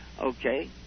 Okay